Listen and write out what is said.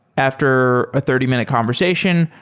after a thirty minute conversation,